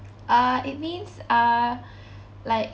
uh it means uh like